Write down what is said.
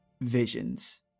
visions